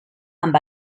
amb